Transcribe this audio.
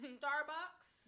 starbucks